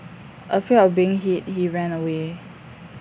afraid of being hit he ran away